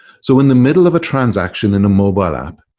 so in the middle of a transaction in a mobile app,